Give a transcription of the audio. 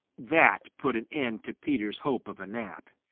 that put an end to peter's hope of a nap.